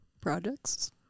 projects